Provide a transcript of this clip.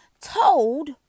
told